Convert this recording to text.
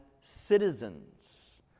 citizens